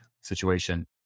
situation